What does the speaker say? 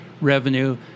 revenue